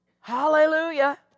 Hallelujah